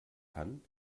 kann